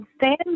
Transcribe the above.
stand